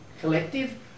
collective